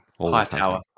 Hightower